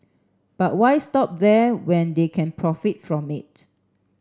but why stop there when they can profit from it